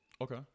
Okay